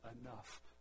enough